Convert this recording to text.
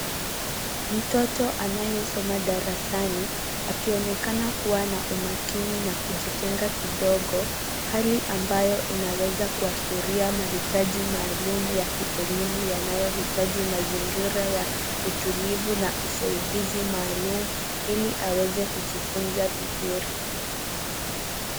Mtoto anayesoma darasani akionekana kuwa na umakini na kujitenga kidogo. Hali ambayo inaweza kuashiria mahitaji maaulum ya kielimu yanayohitaji mazingira ya utulivu na usaidizi maaulum ili aweze kujifunza vizuri.